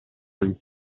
licenza